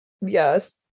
yes